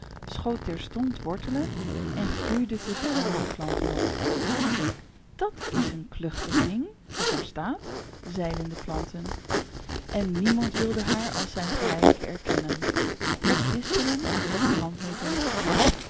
schoot terstond wortelen en groeide tusschen andere planten op dat is een kluchtig ding dat daar staat zeiden de planten en niemand wilde haar als zijn gelijke erkennen noch distelen noch brandnetels